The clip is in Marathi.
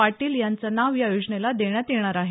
पाटील यांचं नाव या योजनेला देण्यात येणार आहे